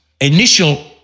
initial